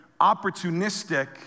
opportunistic